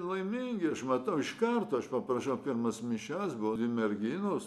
laimingi aš matau iš karto aš paprašiau pirmas mišias buvo dvi merginos